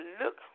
look